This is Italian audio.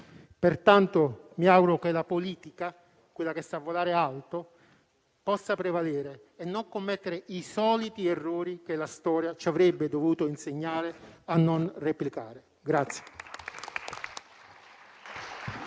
Pertanto, mi auguro che la politica, quella che sa volare alto, possa prevalere e non commettere i soliti errori che la storia ci avrebbe dovuto insegnare a non replicare.